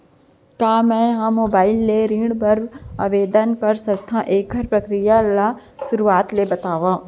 का मैं ह मोबाइल ले ऋण बर आवेदन कर सकथो, एखर प्रक्रिया ला शुरुआत ले बतावव?